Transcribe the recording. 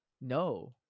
no